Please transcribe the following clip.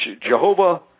Jehovah